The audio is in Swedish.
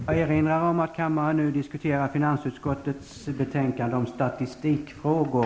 Jag får erinra om att diskussionen gäller finansutskottets betänkande om statistikfrågor.